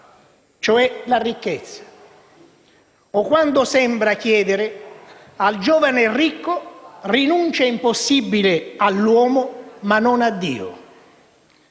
(cioè la ricchezza). O quando sembra chiedere al giovane ricco rinunce impossibili all'uomo, ma non a Dio.